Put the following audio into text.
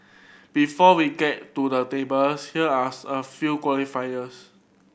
before we get to the table here are a few qualifiers